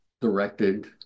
directed